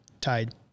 tied